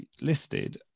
listed